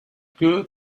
good